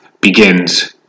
begins